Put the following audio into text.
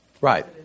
Right